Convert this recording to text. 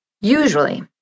Usually